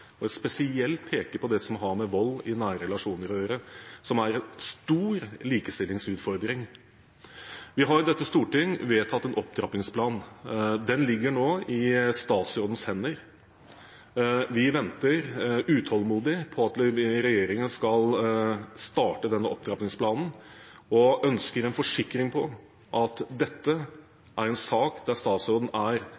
er en stor likestillingsutfordring. Vi har i dette storting vedtatt en opptrappingsplan, og den ligger nå i statsrådens hender. Vi venter utålmodig på at regjeringen skal starte denne opptrappingsplanen, og ønsker en forsikring om at dette